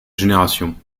génération